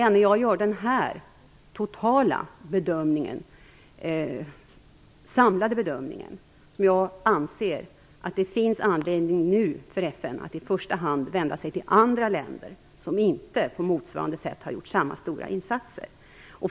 När man gör en samlad bedömning anser jag att det nu finns anledning för FN att i första hand vända sig till andra länder som inte, på motsvarande sätt, har gjort samma stora insatser.